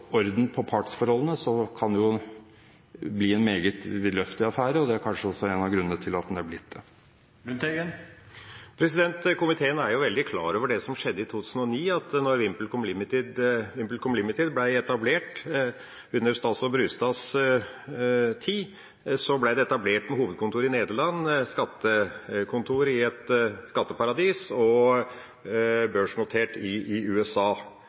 orden på partsforholdene, kan det bli en meget vidløftig affære, og det er også kanskje en av grunnene til at den er blitt det. Komiteen er veldig klar over det som skjedde i 2009 da VimpelCom Ltd. ble etablert under statsråd Brustads tid. Det ble etablert med hovedkontor i Nederland, skattekontor i et skatteparadis og børsnotert i USA.